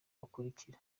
bukurikira